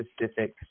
specific